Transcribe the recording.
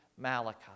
Malachi